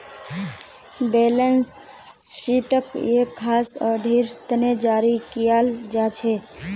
balance शीटक एक खास अवधिर तने जारी कियाल जा छे